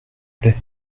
plait